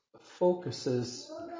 focuses